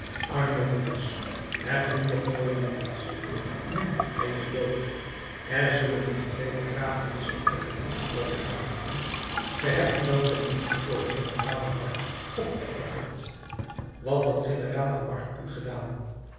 arme moeders hebt nu nog mooie jongens nu hij is dood er zullen nu twee begrafenissen uit de koetspoort gaan ge hebt u dan ter liefde voor den generaal lamarque opgeofferd wat had generaal lamarque u gedaan